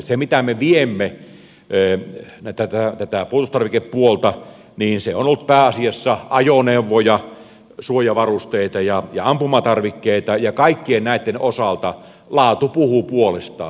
se mitä me viemme tätä puolustustarvikepuolta se on ollut pääasiassa ajoneuvoja suojavarusteita ja ampumatarvikkeita ja kaikkien näitten osalta laatu puhuu puolestaan